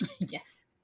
Yes